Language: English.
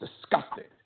disgusted